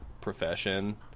profession